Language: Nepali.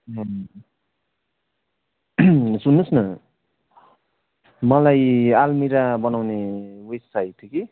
ए सुन्नुहोस् न मलाई आलमिरा बनाउने उयोस चाहिएको थियो कि